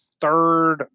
third